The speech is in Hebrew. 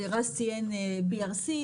שרז ציין BRC,